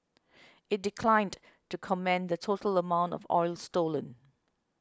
it declined to say the total amount of oil stolen